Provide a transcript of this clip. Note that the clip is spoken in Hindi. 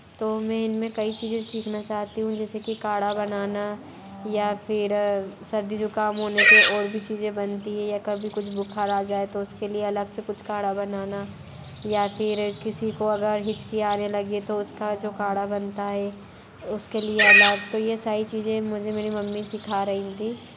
तो मैं इनमें कई चीज़ें सीखना चाहती हूँ जैसे की काढ़ा बनाना या फिर सर्दी जुकाम होने पर और भी चीज़ें बनती है या कभी कुछ बुखार आ जाए तो उसके लिए अलग से कुछ काढ़ा बनाना या फिर किसी को अगर हिचकी आने लगे तो उसका जो काढ़ा बनता है उसके लिए अलग तो यह सारी चीज़ें मुझे मेरी मम्मी सिखा रही थी